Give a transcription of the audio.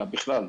אלא בכלל.